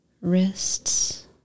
wrists